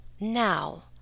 Now